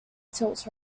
tilts